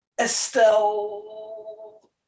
Estelle